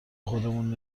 خودمون